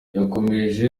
yakomeje